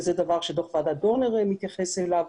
וזה דבר שדוח ועדת דורנר מתייחס אליו.